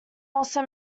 also